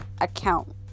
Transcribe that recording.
account